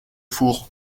four